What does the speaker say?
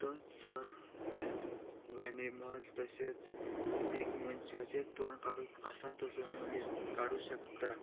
तो sir animals तशेच एक मनशाचे तोंड काडू आसा तसो मनीस काडूं शकता